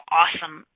awesome